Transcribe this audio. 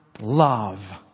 love